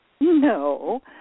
no